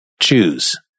choose